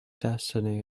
destiny